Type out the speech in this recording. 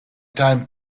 time